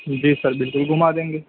جی sir بالکل گھما دیں گے